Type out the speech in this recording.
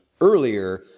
earlier